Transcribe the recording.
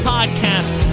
Podcast